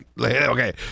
okay